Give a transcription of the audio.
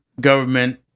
government